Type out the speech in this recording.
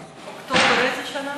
אוקטובר איזו שנה?